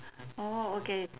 orh okay